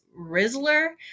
rizzler